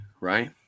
right